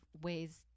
ways